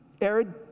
arid